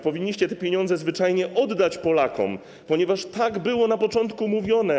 Powinniście te pieniądze zwyczajnie oddać Polakom, ponieważ tak było na początku mówione.